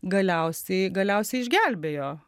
galiausiai galiausiai išgelbėjo